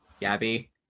Gabby